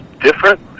different